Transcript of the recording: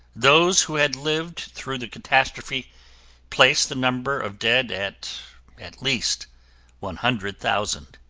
those who had lived through the catastrophe placed the number of dead at at least one hundred thousand.